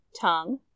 tongue